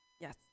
Yes